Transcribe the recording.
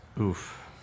Oof